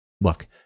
Look